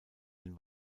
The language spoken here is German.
den